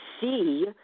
see